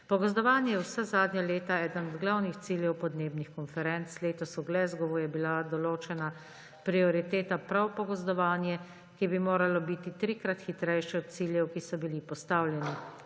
Pogozdovanje je vsa zadnja leta eden od glavnih ciljev podnebnih konferenc, letos v Glasgowu je bila določena prioriteta prav pogozdovanju, ki bi moralo biti trikrat hitrejše od ciljev, ki so bili postavljeni.